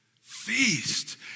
Feast